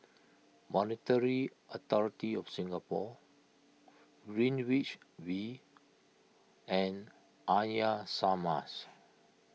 Monetary Authority of Singapore Greenwich V and Arya Samaj